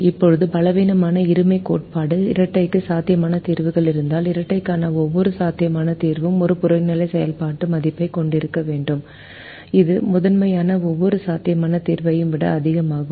இப்போது பலவீனமான இருமைக் கோட்பாடு இரட்டைக்கு சாத்தியமான தீர்வுகள் இருந்தால் இரட்டைக்கான ஒவ்வொரு சாத்தியமான தீர்வும் ஒரு புறநிலை செயல்பாட்டு மதிப்பைக் கொண்டிருக்க வேண்டும் இது முதன்மையான ஒவ்வொரு சாத்தியமான தீர்வையும் விட அதிகமாகும்